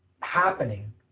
happening